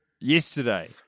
yesterday